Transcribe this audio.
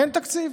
ואין תקציב.